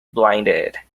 blinded